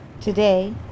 Today